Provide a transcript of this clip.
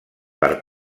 per